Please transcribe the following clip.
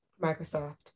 Microsoft